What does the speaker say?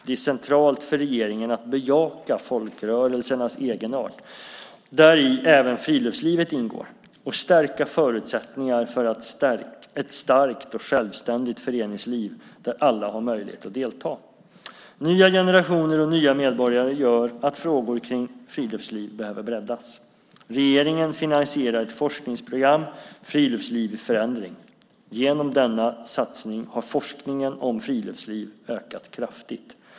Det är centralt för regeringen att bejaka folkrörelsernas egenart, däri även friluftslivet ingår, och stärka förutsättningar för ett starkt och självständigt föreningsliv, där alla har möjlighet att delta. Nya generationer och nya medborgare gör att frågor kring friluftsliv behöver breddas. Regeringen finansierar ett forskningsprogram, Friluftsliv i förändring. Genom denna satsning har forskningen om friluftsliv ökat kraftigt.